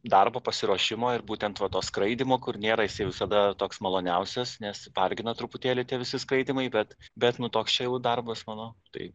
darbo pasiruošimo ir būtent va to skraidymo kur nėra jis visada toks maloniausias nes vargina truputėlį tie visi skraidymai bet bet nu toks čia jau darbas mano tai